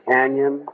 Canyon